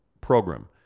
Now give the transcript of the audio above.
program